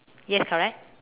yes correct